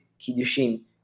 Kiddushin